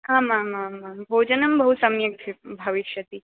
आमामामां भोजनं बहु सम्यक् भविष्यति